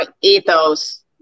Ethos